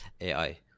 ai